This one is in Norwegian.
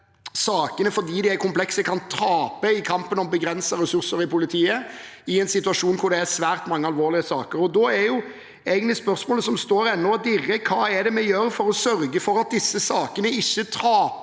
sakene er komplekse, kan de tape i kampen om begrensede ressurser i politiet i en situasjon hvor det er svært mange alvorlige saker. Da er egentlig spørsmålet som ennå står og dirrer: Hva gjør vi for å sørge for at disse sakene ikke taper